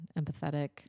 empathetic